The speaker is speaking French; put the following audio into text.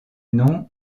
nom